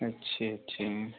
अच्छा अच्छा